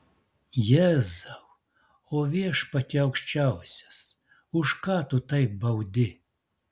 jėzau o viešpatie aukščiausias už ką tu taip baudi